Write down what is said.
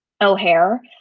o'hare